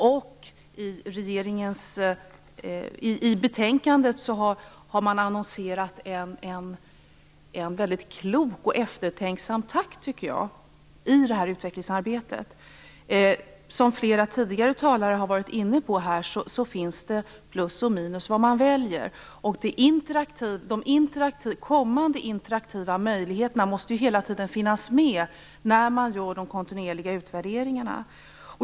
Jag tycker att man i betänkandet har annonserat en mycket klok och eftertänksam takt i detta utvecklingsarbetet. Som flera tidigare talare har varit inne på finns det plus och minus när man väljer. De kommande interaktiva möjligheterna måste hela tiden finnas med när man gör de kontinuerliga utvärderingarna.